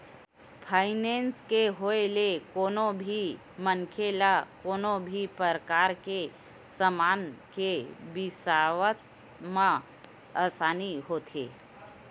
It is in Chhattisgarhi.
फायनेंस के होय ले कोनो भी मनखे ल कोनो भी परकार के समान के बिसावत म आसानी होथे